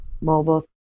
mobile